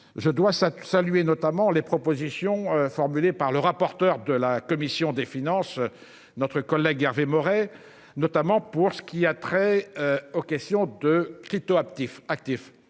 Je dois ça salué notamment les propositions formulées par le rapporteur de la commission des finances. Notre collègue Hervé Maurey, notamment pour ce qui a trait aux questions de Quito actif